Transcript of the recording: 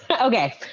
Okay